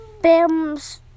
Bims